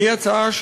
היא הצעה,